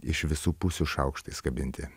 iš visų pusių šaukštais kabinti